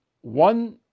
One